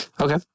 Okay